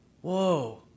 whoa